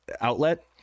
outlet